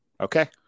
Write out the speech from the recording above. Okay